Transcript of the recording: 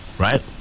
right